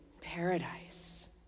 paradise